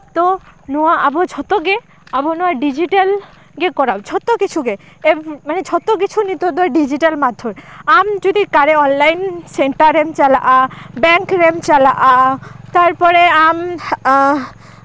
ᱛᱚ ᱱᱚᱣᱟ ᱟᱵᱚ ᱡᱷᱚᱛᱚ ᱜᱮ ᱟᱵᱚ ᱱᱚᱣᱟ ᱰᱤᱡᱤᱴᱮᱞ ᱜᱮ ᱠᱚᱨᱟᱣ ᱡᱷᱚᱛᱚ ᱠᱤᱪᱷᱩ ᱜᱮ ᱢᱟᱱᱮ ᱡᱷᱚᱛᱚ ᱠᱤᱪᱷᱩ ᱱᱤᱛᱚᱜ ᱫᱚ ᱰᱤᱡᱤᱴᱮᱞ ᱢᱟᱫᱽᱫᱷᱚᱢ ᱟᱢ ᱡᱩᱫᱤ ᱚᱠᱟᱨᱮ ᱚᱱᱞᱟᱭᱤᱱ ᱥᱮᱱᱴᱟᱨ ᱮᱢ ᱪᱟᱞᱟᱜᱼᱟ ᱵᱮᱝᱠ ᱨᱮᱢ ᱪᱟᱞᱟᱜᱼᱟ ᱛᱟᱨᱯᱚᱨᱮ ᱟᱢ